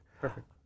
Perfect